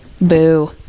Boo